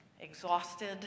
exhausted